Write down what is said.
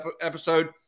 episode